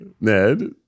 Ned